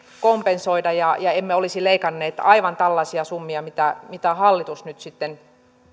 kompensoida ja ja emme olisi leikanneet aivan tällaisia summia mitä mitä hallitus nyt sitten